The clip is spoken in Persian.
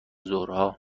ظهرها